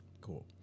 Cool